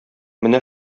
менә